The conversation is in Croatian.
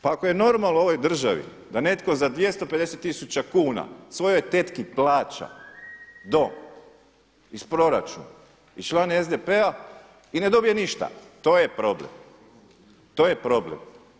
Pa ako je normalno u ovoj državi da netko za 250 tisuća kuna svojoj tetki plaća dom iz proračuna i član je SDP-a i ne dobije ništa, to je problem, to je problem.